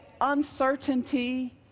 uncertainty